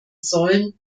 sollen